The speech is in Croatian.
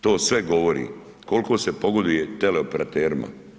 To sve govori koliko se pogoduje teleoperaterima.